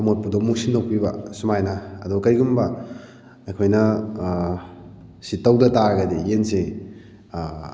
ꯑꯃꯣꯠꯄꯗꯨ ꯑꯃꯨꯛ ꯁꯤꯟꯗꯣꯛꯄꯤꯕ ꯁꯨꯃꯥꯏꯅ ꯑꯗꯣ ꯀꯔꯤꯒꯨꯝꯕ ꯑꯩꯈꯣꯏꯅ ꯁꯤ ꯇꯧꯗ ꯇꯥꯔꯒꯗꯤ ꯌꯦꯟꯁꯤ